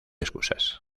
excusas